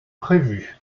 prévu